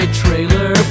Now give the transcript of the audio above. trailer